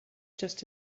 just